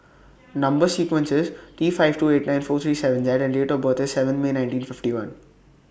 Number sequence IS T five two eight nine four three seven Z and Date of birth IS seven May nineteen fifty one